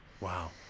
wow